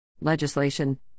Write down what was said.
Legislation